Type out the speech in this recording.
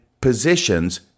positions